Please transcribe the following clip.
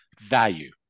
Value